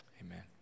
amen